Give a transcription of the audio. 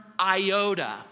iota